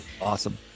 Awesome